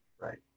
right